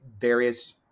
various